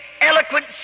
eloquent